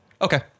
Okay